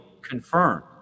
confirmed